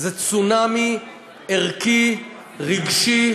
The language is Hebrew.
זה צונאמי ערכי רגשי